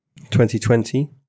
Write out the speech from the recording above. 2020